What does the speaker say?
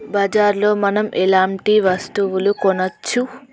బజార్ లో మనం ఎలాంటి వస్తువులు కొనచ్చు?